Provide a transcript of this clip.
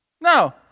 No